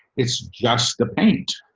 it's just the paint.